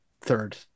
third